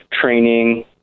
training